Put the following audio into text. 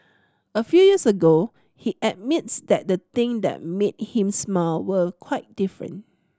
a few years ago he admits that the thing that made him smile were quite different